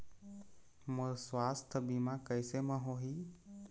मोर सुवास्थ बीमा कैसे म होही?